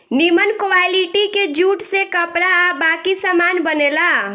निमन क्वालिटी के जूट से कपड़ा आ बाकी सामान बनेला